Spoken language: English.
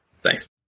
Thanks